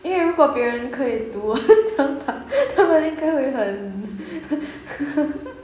因为如果别人可以读我的想法他们应该会很